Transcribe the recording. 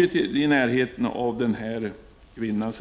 som sagt, i närheten av denna kvinna.